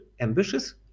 ambitious